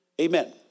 Amen